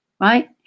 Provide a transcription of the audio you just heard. right